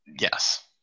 yes